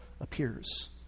appears